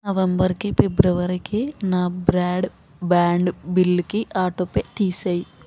నవంబర్కి ఫిబ్రవరికి నా బ్రాడ్బ్యాండ్ బిల్లుకి ఆటోపే తీసేయి